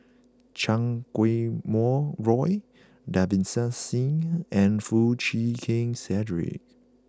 Chan Kum Wah Roy Davinder Singh and Foo Chee Keng Cedric